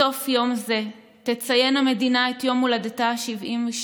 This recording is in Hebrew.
בסוף יום זה תציין המדינה את יום הולדתה ה-72,